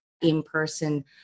in-person